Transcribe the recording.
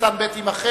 קטן (ב) יימחק.